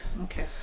Okay